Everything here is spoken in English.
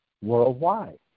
Worldwide